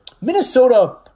Minnesota